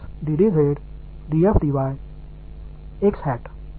எனவே பகுதி டிரைவேடிவ் கள் y இங்கே இருக்கும்